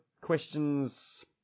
questions